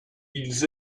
ils